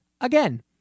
again